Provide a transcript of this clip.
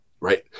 Right